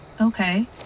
Okay